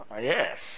Yes